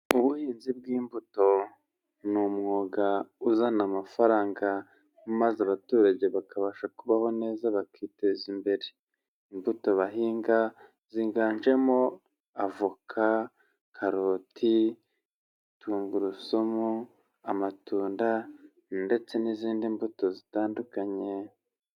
Ubuhinzi bw'imbuto, ni umwuga uzana amafaranga. Maze abaturage bakabasha kubaho neza bakiteza imbere, imbuto bahinga ziganjemo avoka, karoti, tungurusumu, amatunda ndetse n'izindi imbuto zitandukanye.